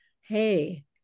hey